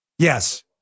Yes